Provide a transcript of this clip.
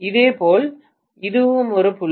இதேபோல் இதுவும் ஒரு புள்ளி